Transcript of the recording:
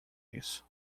isso